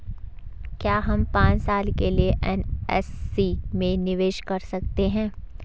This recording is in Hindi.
क्या हम पांच साल के लिए एन.एस.सी में निवेश कर सकते हैं?